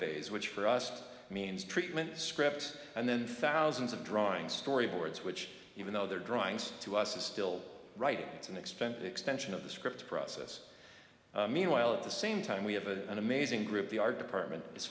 phase which for us means treatment scripts and then thousands of drawings storyboards which even though they're drawings to us it's still right it's an expensive extension of the script process meanwhile at the same time we have a an amazing group the art department is